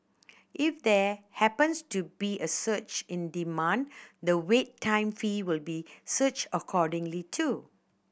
if there happens to be a surge in demand the wait time fee will be surge accordingly too